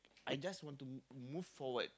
I just want to move forward